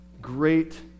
great